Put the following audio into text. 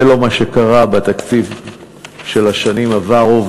זה לא מה שקרה בתקציב של שנים עברו,